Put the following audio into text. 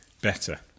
better